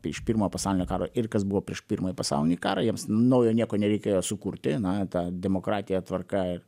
iš pirmo pasaulinio karo ir kas buvo prieš pirmąjį pasaulinį karą jiems naujo nieko nereikėjo sukurti na ta demokratija tvarka ir